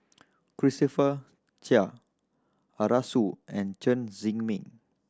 Christopher Chia Arasu and Chen Zhiming